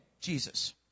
Jesus